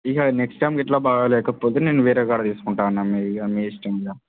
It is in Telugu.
ఇక నెక్స్ట్ టైం ఇట్లా బాగాలేకపోతే నేను వేరే కాడ తీసుకుంటా అన్నా మీరిక మీ ఇష్టం ఇక